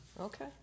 Okay